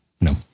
No